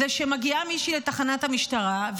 זה שמגיעה מישהי לתחנת המשטרה,